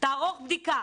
תערוך בדיקה.